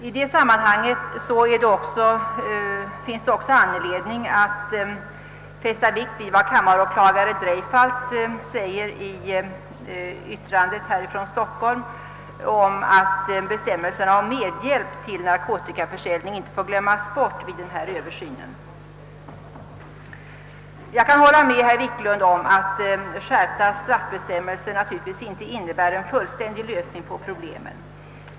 I det sammanhanget finns anledning fästa vikt vid vad kammaråklagare C. Dreifaldt skriver, nämligen att bestämmelserna om medhjälp till narkotikaförsäljning inte får glömmas bort vid den översyn som skall göras. Jag håller med herr Wiklund i Stockholm om att skärpta straffbestämmelser inte innebär någon fullständig lösning på problemen.